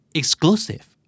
exclusive